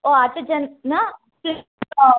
ಓಹ್ ಹತ್ತು ಜನ